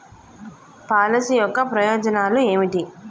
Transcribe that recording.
Policy యొక్క ప్రయోజనాలు ఏమిటి?